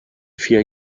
vier